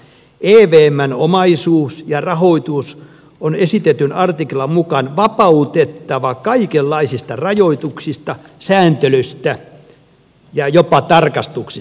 evmn omaisuus ja rahoitus on esitetyn artiklan mukaan vapautettava kaikenlaisista rajoituksista sääntelystä ja jopa tarkastuksista